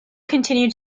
continued